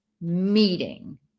meeting